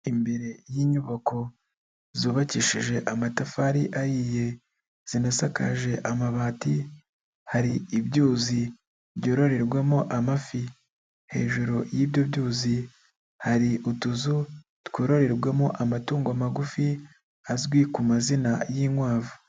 Imbere y'inyubako zubakishije amatafari ahiye, zinasakaje amabati, hari ibyuzi byororerwamo amafi, hejuru y'ibyo byuzi hari utuzu, twororerwamo amatungo magufi azwi ku mazina y'inkwavu.